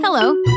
Hello